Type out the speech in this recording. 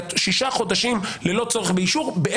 ששה חודשים ללא צורך באישור מגדילים,